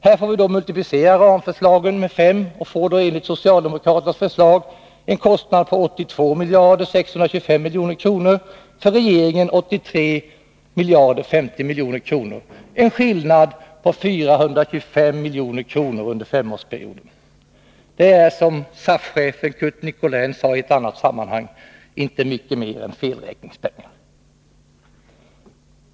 Här får vi då multiplicera ramförslagen med fem och får då enligt socialdemokraternas förslag en kostnad på 82625 milj.kr. och enligt regeringens 83 050 milj.kr. — en skillnad på 425 milj.kr. under femårsperioden. Det är, som SAF-chefen Curt Nicolin sade i ett annat sammanhang, inte mycket mer än felräkningspengar.